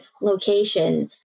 location